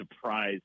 surprise